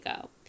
go